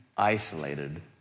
isolated